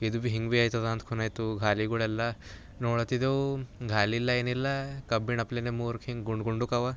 ಇದು ಭೀ ಹಿಂಗೆ ಭೀ ಆಗ್ತದೆ ಅಂತ ಖುನಾಯ್ತು ಗಾಲಿಗಳೆಲ್ಲ ನೋಡುತಿದ್ದೆವು ಗಾಲಿಲ್ಲ ಏನಿಲ್ಲ ಕಬ್ಬಿಣಪ್ಲೆಯೆ ಮೂರು ಹಿಂಗ ಗುಂಡು ಗುಂಡಕ್ಕೆ ಅವ